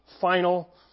final